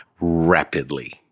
rapidly